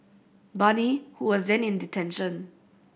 Bani who was then in detention